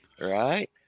right